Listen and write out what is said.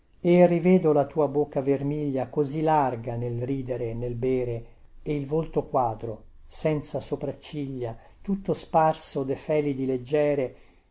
e rivedo la tua bocca vermiglia così larga nel ridere e nel bere e il volto quadro senza sopracciglia tutto sparso defelidi leggiere